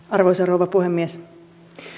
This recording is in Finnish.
arvoisa rouva puhemies